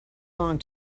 long